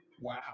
Wow